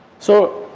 so,